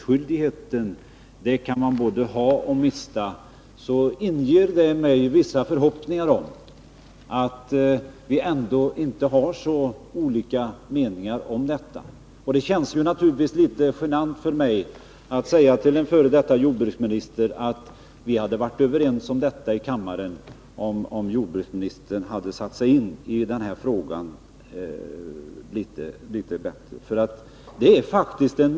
När Anders Dahlgren säger att man både kan ha och mista gallringsskyldigheten, inger det mig vissa förhoppningar om att vi ändå inte har så olika meningar. Det känns litet genant för mig att säga till en f. d. jordbruksminister att vi hade kunnat vara överens om detta i kammaren om han hade satt sig in i frågan litet bättre.